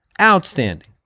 outstanding